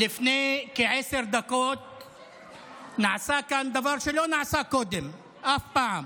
לפני כעשר דקות נעשה כאן דבר שלא נעשה קודם אף פעם.